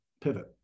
pivot